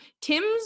Tim's